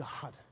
God